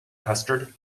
custard